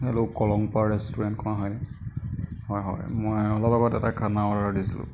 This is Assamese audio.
হেল্ল' কলংপাৰ ৰেষ্টুৰেণ্টখন হয়নে হয় হয় মই অলপ আগতে এটা খানা অৰ্ডাৰ দিছিলোঁ